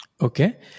Okay